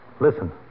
Listen